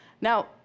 Now